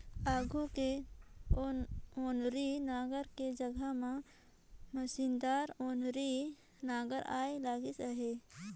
आघु के ओनारी नांगर के जघा म मसीनदार ओन्हारी नागर आए लगिस अहे